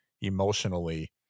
emotionally